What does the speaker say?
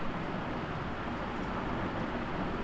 अनुरोध ऋण के समय अवधि कम होइत अछि